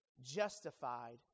justified